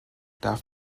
darf